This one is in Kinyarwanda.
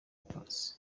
paccy